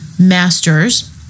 Masters